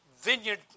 vineyard